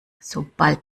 sobald